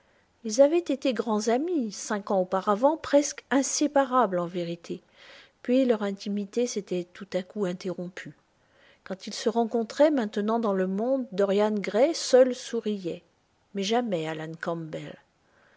ils avaient été grands amis cinq ans auparavant presque inséparables en vérité puis leur intimité s'était tout à coup interrompue quand ils se rencontraient maintenant dans le monde dorian gray seul souriait mais jamais alan campbell